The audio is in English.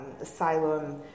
asylum